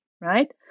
right